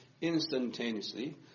instantaneously